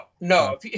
no